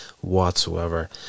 whatsoever